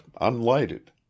unlighted